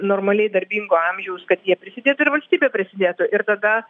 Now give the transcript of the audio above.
normaliai darbingo amžiaus kad jie prisidėtų ir valstybė prisidėtų ir tada